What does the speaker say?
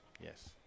Yes